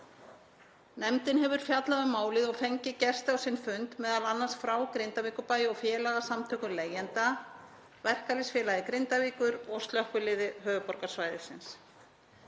Nefndin hefur fjallað um málið og fengið gesti á sinn fund, m.a. frá Grindavíkurbæ og félagasamtökum leigjanda, Verkalýðsfélagi Grindavíkur og Slökkviliði höfuðborgarsvæðisins.